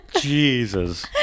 jesus